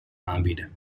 aanbieden